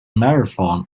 marathon